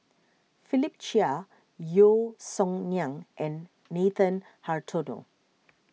Philip Chia Yeo Song Nian and Nathan Hartono